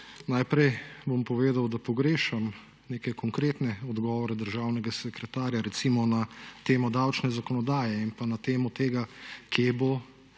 Najprej bom povedal, da pogrešam neke konkretne odgovore državnega sekretarja, recimo na temo davčne zakonodaje in pa na temo tega, kje bo,